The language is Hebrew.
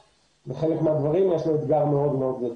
ובחלק מהדברים יש לו אתגר מאוד מאוד גדול.